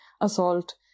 assault